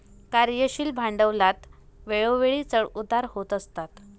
कार्यशील भांडवलात वेळोवेळी चढ उतार होत असतात